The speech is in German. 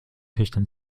töchtern